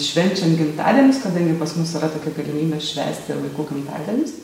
švenčiant gimtadienius kadangi pas mus yra tokia galimybė švęsti ir vaikų gimtadienius